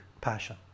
passion